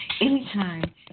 Anytime